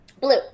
Blue